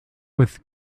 with